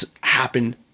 happen